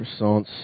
croissants